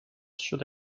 should